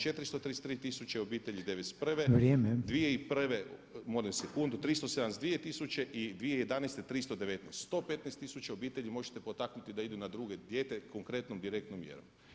433 tisuće obitelji '91 [[Upadica Reiner: Vrijeme.]] 2001., molim sekundu, 372 tisuće i 2011. 319. 115 tisuća obitelji možete potaknuti da idu na drugo dijete konkretnom direktnom mjerom.